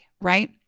right